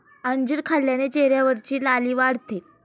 अंजीर खाल्ल्याने चेहऱ्यावरची लाली वाढते